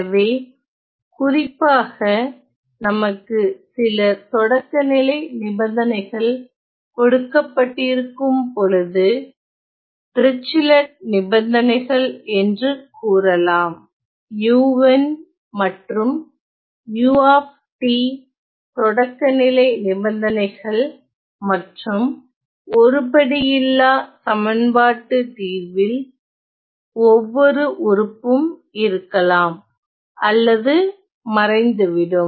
எனவே குறிப்பாக நமக்கு சில தொடக்கநிலை நிபந்தனைகள் கொடுக்கப்பட்டிருக்கும் பொழுது டிருச்சி லெட் நிபந்தனைகள் என்று கூறலாம் u ன் மற்றும் u தொடக்கநிலை நிபந்தனைகள் மற்றும் ஒருபடுயில்லா சமன்பாட்டு தீர்வில் ஒவ்வொரு உறுப்பும் இருக்கலாம் அல்லது மறைந்துவிடும்